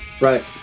right